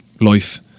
life